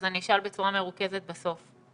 אז אני אשאל בצורה מרוכזת בסוף.